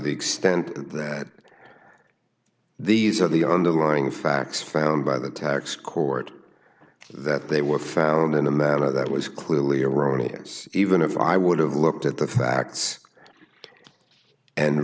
the extent that these are the underlying facts found by the tax court that they were found in a manner that was clearly erroneous even if i would have looked at the facts and